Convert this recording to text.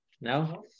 No